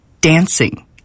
dancing